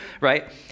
right